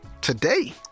today